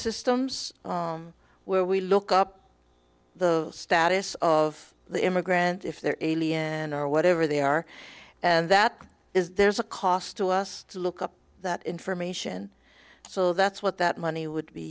systems where we look up the status of the immigrant if there is and are whatever they are and that is there's a cost to us to look up that information so that's what that money would be